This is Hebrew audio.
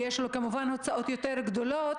וכמובן שיש לו הוצאות יותר גדולות,